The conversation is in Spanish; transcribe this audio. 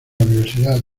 universidad